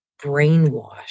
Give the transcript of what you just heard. brainwashed